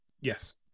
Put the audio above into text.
Yes